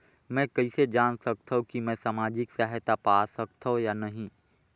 मै कइसे जान सकथव कि मैं समाजिक सहायता पा सकथव या नहीं?